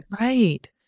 right